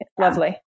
lovely